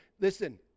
listen